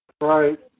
Right